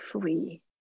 free